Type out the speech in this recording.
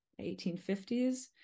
1850s